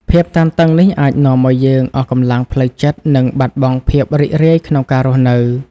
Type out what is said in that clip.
ភាពតានតឹងនេះអាចនាំឱ្យយើងអស់កម្លាំងផ្លូវចិត្ត និងបាត់បង់ភាពរីករាយក្នុងការរស់នៅ។